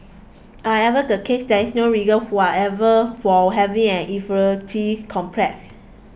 I ever the case there's no reason who are ever for having an inferiority complex